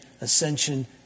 ascension